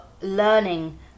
learning